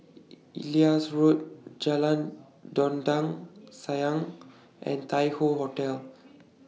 Ellis Road Jalan Dondang Sayang and Tai Hoe Hotel